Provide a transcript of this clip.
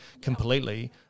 completely